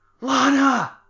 Lana